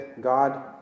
God